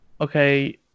okay